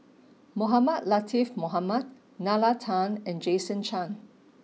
Mohamed Latiff Mohamed Nalla Tan and Jason Chan